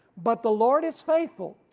but the lord is faithful,